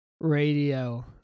Radio